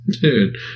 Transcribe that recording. Dude